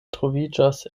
troviĝas